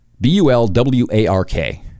B-U-L-W-A-R-K